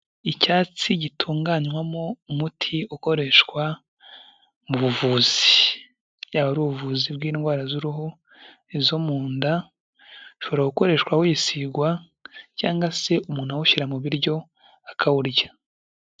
Icyatsi gitunganywamo umuti ukoreshwa mu buvuzi, yaba ari ubuvuzi bw'indwara z'uruhu, izo mu nda, ushobora gukoreshwa wisigwa cyangwa se umuntu awushyira mu biryo akawurya.